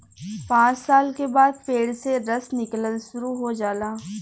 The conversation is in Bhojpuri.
पांच साल के बाद पेड़ से रस निकलल शुरू हो जाला